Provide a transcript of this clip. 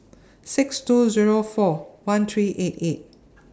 six two Zero four one three eight eight